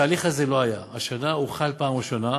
התהליך הזה לא היה, השנה הוא הוחל בפעם הראשונה,